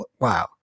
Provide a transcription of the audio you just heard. wow